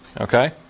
Okay